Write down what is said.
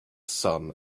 sun